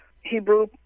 Hebrew